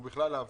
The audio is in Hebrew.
או בכלל לאבטלה.